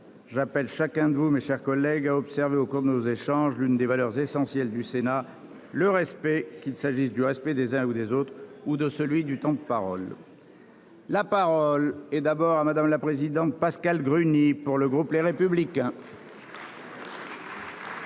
j'appelle chacun de vous, mes chers collègues, à observer au cours de nos échanges l'une des valeurs essentielles de notre assemblée : le respect, qu'il s'agisse du respect des uns et des autres ou de celui du temps de parole. La parole est à Mme Pascale Gruny, pour le groupe Les Républicains. Ma question